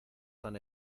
tan